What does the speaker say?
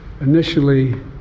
initially